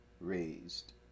raised